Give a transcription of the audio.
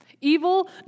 Evil